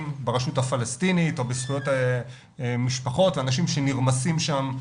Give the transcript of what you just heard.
ברשות הפלסטינית או בזכויות משפחות ואנשים שנרמסים שם,